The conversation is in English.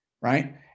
Right